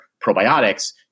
probiotics